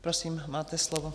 Prosím, máte slovo.